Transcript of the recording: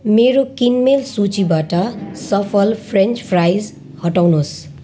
मेरो किनमेल सूचीबाट सफल फ्रेन्च फ्राइज हटाउनुहोस्